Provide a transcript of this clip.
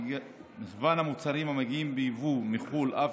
מגוון המוצרים המגיעים ביבוא מחו"ל אף